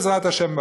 בעזרת השם,